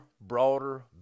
broader